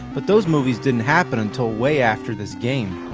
but those movies didn't happen until way after this game.